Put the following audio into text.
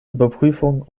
überprüfung